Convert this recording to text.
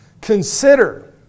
Consider